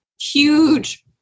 huge